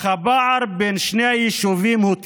אך הפער בין שני היישובים הוא תהומי.